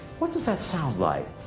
what does that sound like?